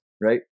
right